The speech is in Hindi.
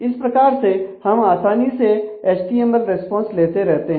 इस प्रकार से हम आसानी से एचटीएमएल रिस्पांस लेते रहते हैं